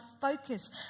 focus